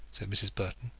said mrs. burton.